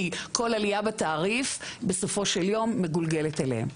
כי כל עלייה בתעריף בסופו של יום מגולגלת אליהם.